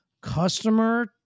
customer